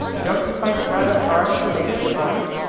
don't you find it rather hard to make up your mind?